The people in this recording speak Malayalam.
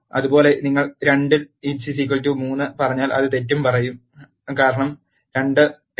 അതുപോലെ നിങ്ങൾ 2 3 പറഞ്ഞാൽ അത് തെറ്റും പറയും കാരണം 2